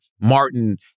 Martin